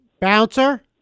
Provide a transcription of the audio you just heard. Bouncer